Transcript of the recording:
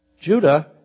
Judah